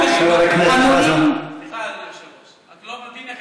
איך את יכולה להגיד "אנחנו" ו"חוק" באותה נשימה?